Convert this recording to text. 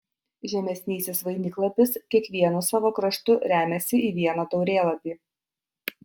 žemesnysis vainiklapis kiekvienu savo kraštu remiasi į vieną taurėlapį